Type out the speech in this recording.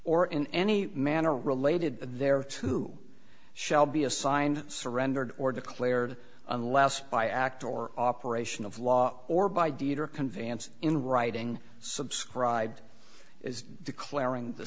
or in any manner related there to shall be assigned surrendered or declared unless by act or operation of law or by deed or conveyance in writing subscribed is declaring the